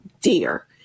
dear